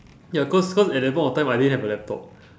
ya cause cause at that point of time I didn't have a laptop